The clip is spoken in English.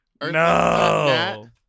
No